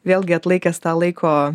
vėlgi atlaikęs tą laiko